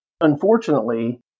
Unfortunately